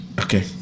Okay